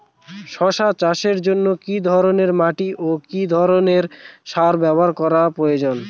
শশা চাষের জন্য কি ধরণের মাটি ও কি ধরণের সার ব্যাবহার করা প্রয়োজন?